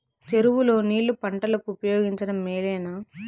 చెరువు లో నీళ్లు పంటలకు ఉపయోగించడం మేలేనా?